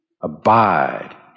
Abide